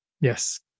yes